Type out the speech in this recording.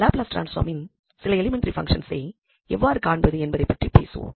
Laplace டிரான்ஸ்பார்மின் சில elementary பங்க்ஷன்ஸை எவ்வாறு காண்பது என்பதைப் பற்றிப்பேசுவோம்